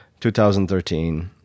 2013